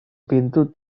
pintu